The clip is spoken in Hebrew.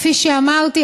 כפי שאמרתי,